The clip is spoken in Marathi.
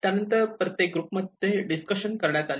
त्यानंतर प्रत्येक ग्रुप मध्ये डिस्कशन करण्यात आले